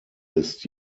ist